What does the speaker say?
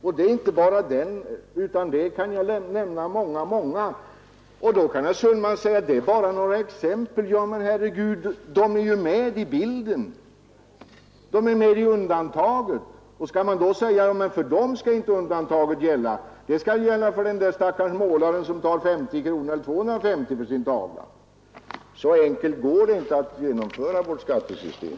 Och det finns inte bara ett exempel, utan jag kan lämna många. Herr Sundman kan invända att det är bara några exempel, men herregud, de är ju med bland undantagen ! Skall man då säga att för dem skall inte undantagsregeln gälla, utan bara för den där stackars målaren som tar 50 eller 250 kronor för sin tavla? Så enkelt går det inte att bygga upp vårt skattesystem.